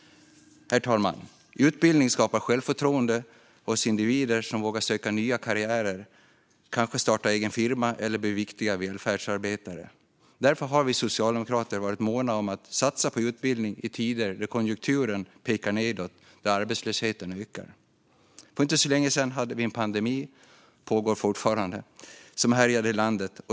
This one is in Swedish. Herr talman! Utbildning skapar självförtroende hos individer som vågar söka nya karriärer, kanske startar egen firma eller blir viktiga välfärdsarbetare. Därför har vi socialdemokrater varit måna om att satsa på utbildning i tider när konjunkturen pekar nedåt och arbetslösheten ökar. För inte så länge sedan hade vi en pandemi som härjade i landet, och den pågår fortfarande.